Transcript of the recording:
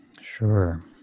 Sure